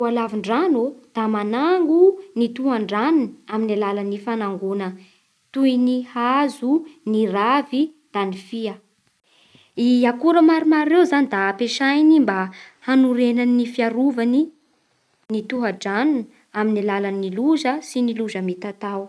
Voalavondrano da manango ny tohandranony amin'ny alalan'ny fanangona toy ny hazo, ny ravy da ny fia. I akora maromaro ireo zany da ampiasainy mba hanorenany ny fiarovany ny tohadranony amin'ny alalan'ny loza sy ny loza mitatao.